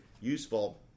useful